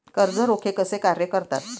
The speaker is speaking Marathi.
कर्ज रोखे कसे कार्य करतात?